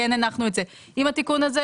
כן הנחנו את זה עם התיקון הזה.